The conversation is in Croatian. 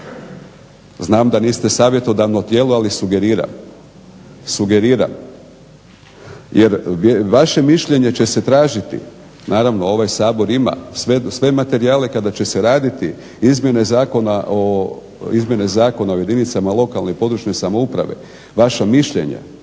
znam da niste savjetodavno tijelo ali sugeriram, sugeriram jer vaše mišljenje će se tražiti. Naravno ovaj Sabor ima sve materijale kada će se raditi izmjene Zakona o jedinicama lokalne i područne samouprave. Vaša mišljenja